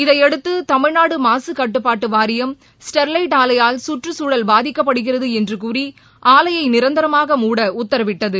இதையடுத்து தமிழ்நாடு மாகக்கட்டுப்பாட்டு வாரியம் ஸ்டெர்வைட் ஆலையால் கற்றுக்சூழல் பாதிக்கப்படுகிறது என்று கூறி ஆலையை நிரந்தரமாக மூட உத்தரவிட்டது